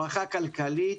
ברכה כלכלית,